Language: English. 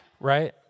Right